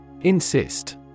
Insist